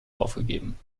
aufgegeben